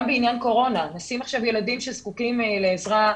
גם בעניין הקורונה וילדים שזקוקים לעזרה,